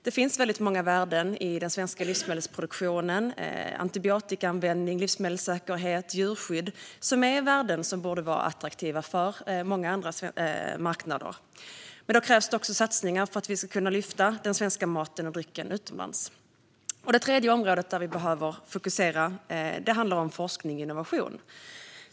Det finns många värden i den svenska livsmedelsproduktionen, såsom antibiotikaanvändning, livsmedelssäkerhet och djurskydd, som bör vara attraktiva för många andra marknader. Men då krävs satsningar så att vi kan lyfta den svenska maten och drycken utomlands. Det tredje område som vi behöver fokusera på är forskning och innovation.